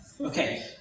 Okay